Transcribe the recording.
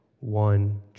one